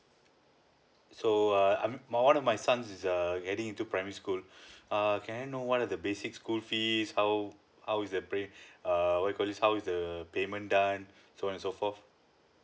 so uh I'm my one of my sons is err heading into primary school err can know what are the basic school fees how how is the prey err call is how is the payment done so and so forth